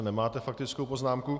Nemáte faktickou poznámku.